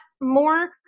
more